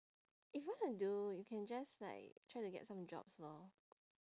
if you want to do you can just like try to get some jobs lor